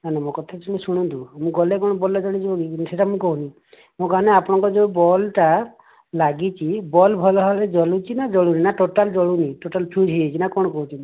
ନା ନା ମୋ କଥା ଟିକେ ଶୁଣନ୍ତୁ ମୁଁ ଗଲେ କ'ଣ ବଲ୍ବ୍ଟା ଜଳିଯିବ କି ସେଟା ମୁଁ କହୁନି ମୁଁ ଗଲେ ଆପଣଙ୍କର ଯୋଉ ବଲ୍ବ୍ ଟା ଲାଗିଛି ବଲ୍ବ୍ ଭଲ ଭାବରେ ଜଲୁଛି ନା ଜଳୁନି ନା ଟୋଟାଲ୍ ଜଳୁନି ଟୋଟାଲ୍ ଫ୍ୟୁଜ୍ ହେଇଯାଇଛି ନା କ'ଣ କହୁଛନ୍ତି